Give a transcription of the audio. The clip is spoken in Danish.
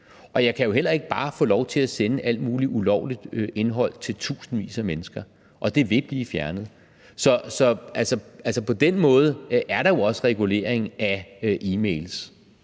Og jeg kan jo heller ikke bare få lov til at sende alt muligt ulovligt indhold til tusindvis af mennesker – det vil blive fjernet. Så på den måde er der jo også regulering af e-mails.